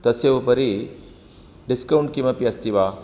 तस्योपरि डिस्कौण्ट् किमपि अस्ति वा